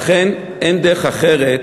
אין דרך אחרת,